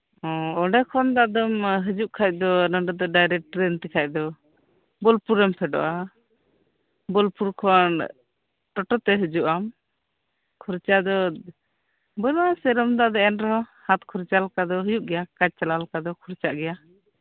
ᱦᱮᱸ ᱚᱰᱮ ᱠᱷᱚᱱ ᱫᱚᱢ ᱦᱤᱡᱩᱜ ᱠᱷᱟᱱ ᱫᱚ ᱰᱟᱭᱨᱮᱠᱴ ᱨᱮᱞ ᱛᱮᱠᱷᱟᱡ ᱫᱚ ᱵᱳᱞᱯᱩᱨᱮᱢ ᱯᱷᱮᱰᱚᱜᱼᱟ ᱵᱳᱞᱯᱩᱨ ᱠᱷᱚᱱ ᱴᱳᱴᱳ ᱛᱮᱢ ᱦᱤᱡᱩᱜ ᱟᱢ ᱠᱷᱚᱨᱪᱟ ᱫᱚ ᱵᱟᱹᱱᱩᱜᱼᱟ ᱮᱱᱨᱮᱦᱚᱸ ᱦᱟᱛ ᱠᱷᱚᱨᱪᱟ ᱞᱮᱠᱟ ᱫᱚ ᱦᱩᱭᱩᱜ ᱜᱮᱭᱟ ᱠᱟᱡ ᱪᱟᱞᱟᱣ ᱞᱮᱠᱟ ᱫᱚ ᱠᱷᱚᱨᱪᱟᱜ ᱜᱮᱭᱟ